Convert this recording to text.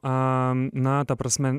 a na ta prasme